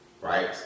right